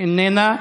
איננה,